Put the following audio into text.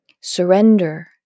Surrender